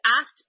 asked